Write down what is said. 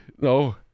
No